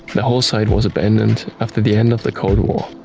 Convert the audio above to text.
the whole site was abandoned after the end of the cold war.